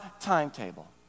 timetable